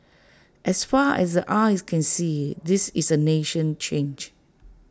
as far as the eyes can see this is A nation changed